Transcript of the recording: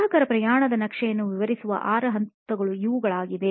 ಗ್ರಾಹಕರ ಪ್ರಯಾಣದ ನಕ್ಷೆಯನ್ನು ವಿವರಿಸುವ ಆರು ಹಂತಗಳು ಇವುಗಳಾಗಿವೆ